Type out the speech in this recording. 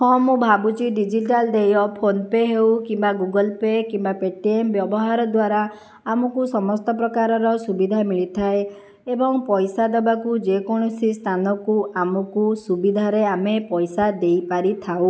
ହଁ ମୁଁ ଭାବୁଛି ଡ଼ିଜିଟାଲ୍ ଦେୟ ଫୋନ୍ପେ ହେଉ କିମ୍ବା ଗୁଗଲ୍ ପେ କିମ୍ବା ପେଟିଏମ୍ ବ୍ୟବହାର ଦ୍ଵାରା ଆମୁକୁ ସମସ୍ତ ପ୍ରକାରର ସୁବିଧା ମିଳିଥାଏ ଏବଂ ପଇସା ଦେବାକୁ ଯେକୌଣସି ସ୍ଥାନକୁ ଆମକୁ ସୁବିଧାରେ ଆମେ ପଇସା ଦେଇପାରିଥାଉ